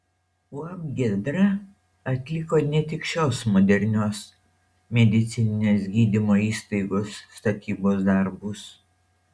uab giedra atliko ne tik šios modernios medicininės gydymo įstaigos statybos darbus